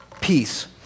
peace